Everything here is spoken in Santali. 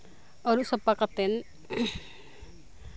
ᱟᱹᱨᱩᱵ ᱥᱟᱯᱷᱟ ᱠᱟᱛᱮᱱ